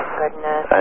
goodness